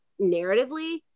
narratively